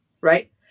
right